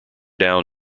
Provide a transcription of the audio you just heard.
down